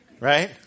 right